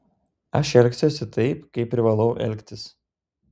aš elgsiuosi taip kaip privalau elgtis